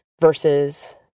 versus